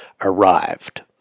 arrived